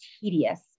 tedious